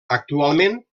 actualment